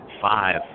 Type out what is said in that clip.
five